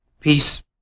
Peace